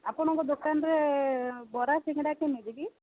ଆପଣଙ୍କ ଦୋକାନରେ ବରା ସିଙ୍ଗଡ଼ା କେମିତି କି